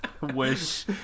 Wish